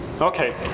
Okay